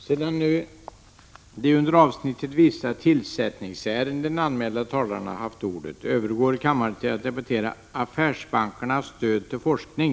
Sedan de under avsnittet Vissa tillsättningsärenden anmälda talarna nu haft ordet, övergår kammaren till att debattera Affärsbankernas stöd till forskning.